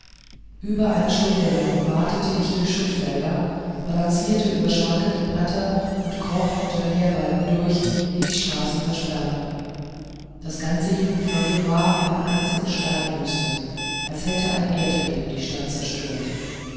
über eine stunde lang watete ich durch schuttfelder balancierte über schwankende bretter und kroch unter querbalken durch die die straßen versperrten das ganze judenviertel war eine einzige steinwüste als hätte ein erdbeben die stadt zerstört